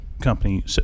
company